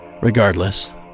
Regardless